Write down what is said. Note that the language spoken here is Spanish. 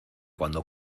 cuando